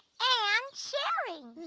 and sharing!